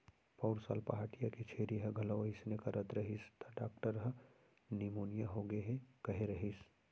पउर साल पहाटिया के छेरी ह घलौ अइसने करत रहिस त डॉक्टर ह निमोनिया होगे हे कहे रहिस